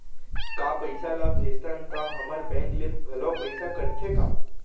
का पइसा ला भेजथन त हमर बैंक ले घलो पइसा कटथे का?